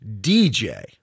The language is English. DJ